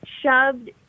shoved